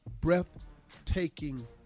breathtaking